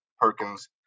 Perkins